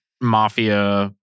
mafia